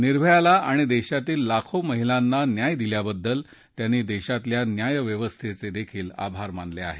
निर्भयाला आणि देशातील लाखो महिलांना न्याय दिल्याबद्दल त्यांनी देशातल्या न्यायव्यवस्थेचे देखील आभार मानले आहेत